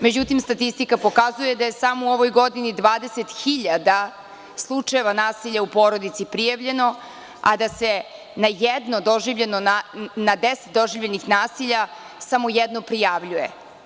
Međutim statistika pokazuje da je samo u ovoj godini 20 hiljada slučajeva nasilja u porodici prijavljeno, a da se na deset doživljenih nasilja samo jedno prijavljuje.